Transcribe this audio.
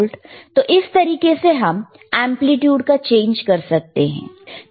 तो इस तरीके से हम एंप्लीट्यूड को चेंज कर सकते हैं